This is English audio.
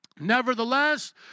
Nevertheless